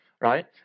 right